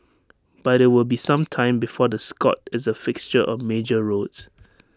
but IT will be some time before the Scot is A fixture on major roads